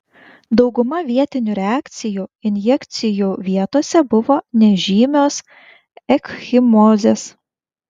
dauguma vietinių reakcijų injekcijų vietose buvo nežymios ekchimozės